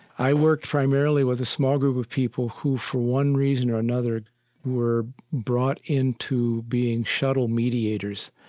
i worked primarily with a small group of people who for one reason or another were brought into being shuttle mediators,